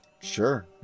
Sure